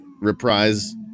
reprise